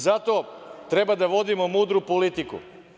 Zato, treba da vodimo mudru politiku.